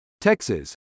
Texas